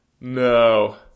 No